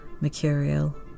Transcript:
mercurial